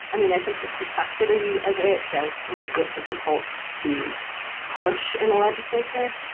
i mean, i think the complexity of it does make it difficult to push in a legislature.